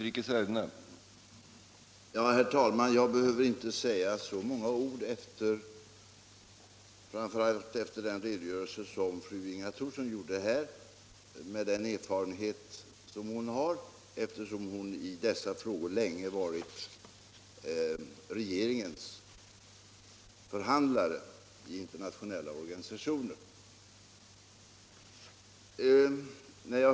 Herr talman! Jag behöver inte säga så många ord efter framför allt den redogörelse som fru Inga Thorsson lämnat, med den erfarenhet som hon har efter att i dessa frågor länge ha varit regeringens förhandlare i internationella organisationer.